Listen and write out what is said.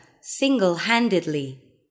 single-handedly